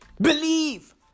Believe